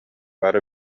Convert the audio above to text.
бары